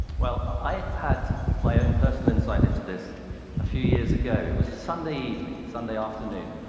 well, i had my own personal insight into this a few years ago. it was a sunday evening, sunday afternoon,